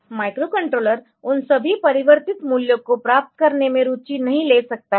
microcontroller उन सभी परिवर्तित मूल्यों को प्राप्त करने में रुचि नहीं ले सकता है